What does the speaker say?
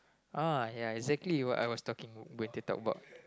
ah ya exactly what I was talking going to talk about